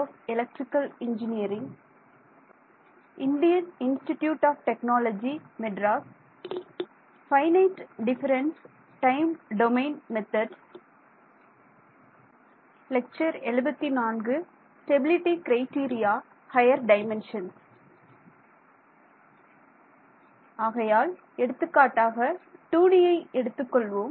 ஆகையால் எடுத்துக்காட்டாக 2Dயை எடுத்துக் கொள்வோம்